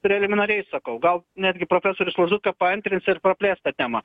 preliminariai sakau gal netgi profesorius lazutka paantrins ir praplės tą temą